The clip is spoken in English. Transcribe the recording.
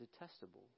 detestable